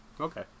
Okay